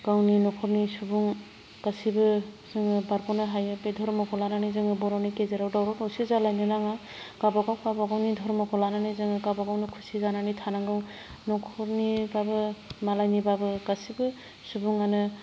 गावनि न'खरनि सुबुं गासिबो जोङो बारग'नो हायो बे धर्मखौ लानानै जोंनि बर'नि गेजेराव दावराव दावसि जालायनो नाङा गावबा गाव गावबा गावनि धर्मखौ लानानै जोङो गावबा गावनो खुसि जानानै थानांगौ न'खरनिब्लाबो मालायनिब्लाबो गासैबो सुबुङानो